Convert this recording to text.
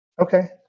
Okay